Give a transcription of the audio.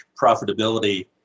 profitability